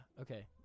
Okay